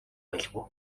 байлгүй